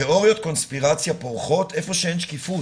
תיאוריות קונספירציה פורחות איפה שאין שקיפות.